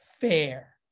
fair